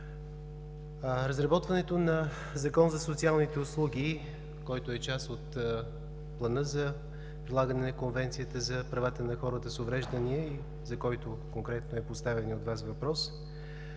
разработването на закон за социалните услуги, който е част от Плана за прилагане на Конвенцията за правата на хората с увреждания, за който конкретно е поставеният от Вас въпрос,